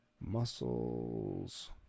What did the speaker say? Muscles